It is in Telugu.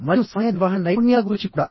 మరియు సమయ నిర్వహణ నైపుణ్యాల గురించి కూడా